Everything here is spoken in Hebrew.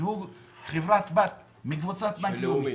שהוא חברת בת מקבוצת -- של לאומי.